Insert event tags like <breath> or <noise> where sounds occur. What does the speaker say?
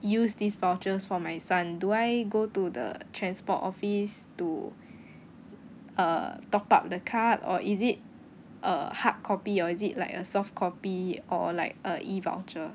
use these vouchers for my son do I go to the transport office to <breath> uh top up the card or is it a hard copy or is it like a soft copy or like a E voucher